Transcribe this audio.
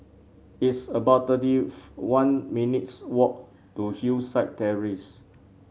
it's about thirty one minutes' walk to Hillside Terrace